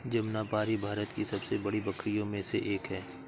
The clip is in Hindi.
जमनापारी भारत की सबसे बड़ी बकरियों में से एक है